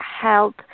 help